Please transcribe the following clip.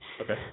Okay